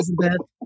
Elizabeth